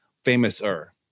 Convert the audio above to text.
Famous-er